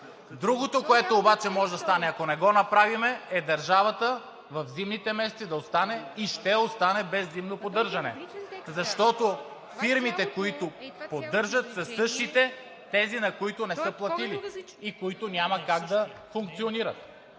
Другото обаче може да стане, ако не го направим, държавата в зимните месеци да остане и ще остане без зимно поддържане, защото фирмите, които поддържат, са същите тези, на които не са платили и които няма как да функционират.